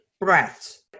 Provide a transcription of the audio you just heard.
breaths